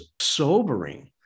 sobering